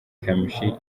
kamichi